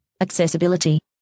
accessibility